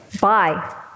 Bye